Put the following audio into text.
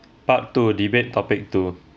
part two debate topic two